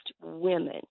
women